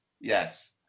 yes